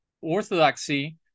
orthodoxy